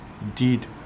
indeed